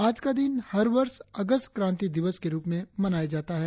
आज का दिन हर वर्ष अगस्त क्रांति दिवस के रुप में मनाया जाता है